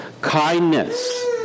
kindness